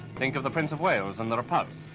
think of the prince of wales and the repulse,